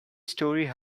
story